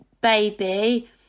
baby